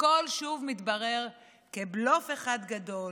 הכול שוב מתברר כבלוף אחד גדול.